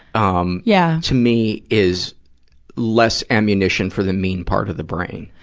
um, yeah to me is less ammunition for the mean part of the brain.